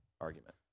argument